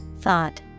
thought